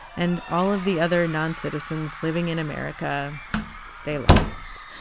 and all of the other noncitizens living in america they lost.